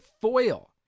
foil